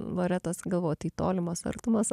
loretos galvojau tai tolimos artumos